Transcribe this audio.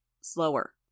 Slower